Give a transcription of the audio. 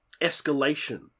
escalation